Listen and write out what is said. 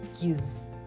use